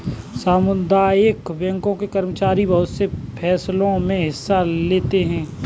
सामुदायिक बैंकों के कर्मचारी बहुत से फैंसलों मे हिस्सा लेते हैं